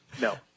No